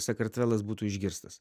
sakartvelas būtų išgirstas